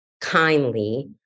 kindly